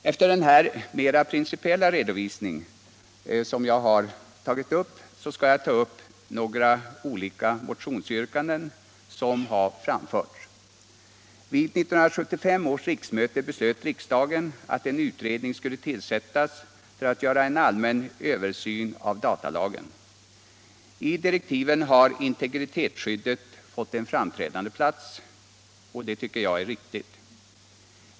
Efter denna principiella redovisning skall jag ta upp de olika motionsyrkandena. Vid 1975 års riksmöte beslöt riksdagen att en utredning skulle tillsättas för att göra en allmän översyn av datalagen. I direktiven har integritetsskyddet fått en framträdande plats. Det tycker jag är riktigt.